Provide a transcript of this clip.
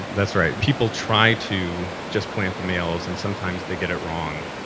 that's right. people try to just plant the males, and sometimes they get it wrong.